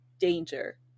danger